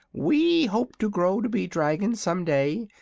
we hope to grow to be dragons some day,